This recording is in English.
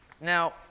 Now